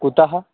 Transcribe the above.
कुतः